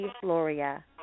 Gloria